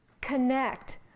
connect